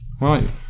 Right